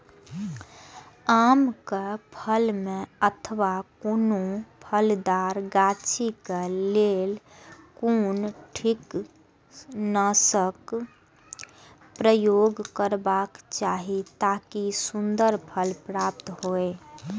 आम क फल में अथवा कोनो फलदार गाछि क लेल कोन कीटनाशक प्रयोग करबाक चाही ताकि सुन्दर फल प्राप्त हुऐ?